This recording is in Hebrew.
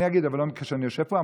אני אגיד, אבל לא כשאני יושב פה.